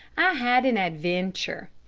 i had an adventure.